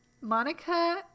Monica